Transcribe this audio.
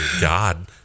God